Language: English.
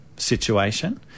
Situation